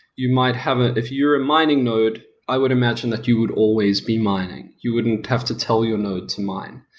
you might haven't if you're a mining node, i would imagine that you would always be mining. you wouldn't have to tell your node to mine.